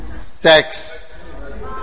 sex